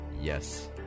Yes